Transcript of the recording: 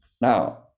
Now